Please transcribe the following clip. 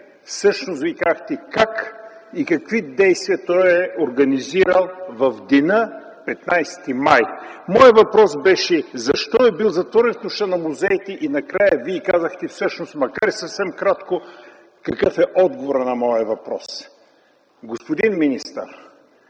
всъщност Вие казахте как и какви действия е организирал в деня 15 май 2010 г. Моят въпрос беше защо е бил затворен в Нощта на музеите и накрая Вие казахте, макар и съвсем кратко, какъв е отговорът на моя въпрос. Господин министър,